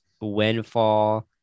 Windfall